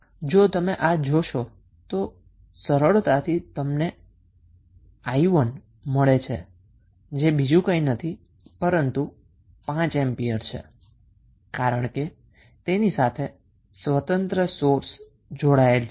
જો તમે આ જોશો તો સરળતાથી તમને 𝑖1 મળે છે જે બીજુ કંઈ નથી પરંતુ 5 એમ્પિયર છે કારણ કે તેની સાથે આ ઇંડિપેન્ડન્ટ સોર્સ જોડાયેલ છે